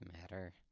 matter